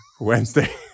Wednesday